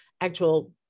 actual